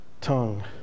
tongue